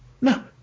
No